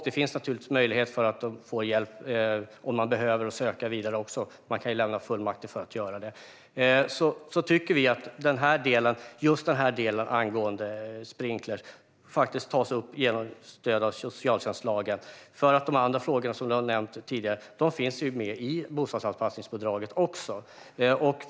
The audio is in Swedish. Det finns naturligtvis även möjlighet för den som behöver att få hjälp med att söka vidare - man kan lämna fullmakt för att göra detta. Vi tycker att denna del angående sprinkler tas upp genom stöd av socialtjänstlagen. De andra frågorna som du nämnt tidigare finns också med i bostadsanpassningsbidraget.